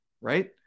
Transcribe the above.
right